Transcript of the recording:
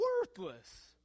Worthless